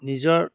নিজৰ